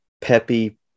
peppy